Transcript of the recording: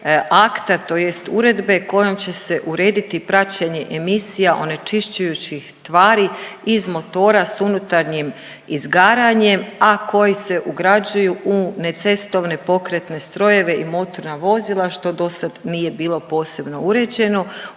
tj. uredbe kojom će se urediti praćenje emisija onečišćujućih tvari iz motora s unutarnjim izgaranjem, a koji se ugrađuju u necestovne pokretne strojeve i motorna vozila što do sad nije bilo posebno uređeno.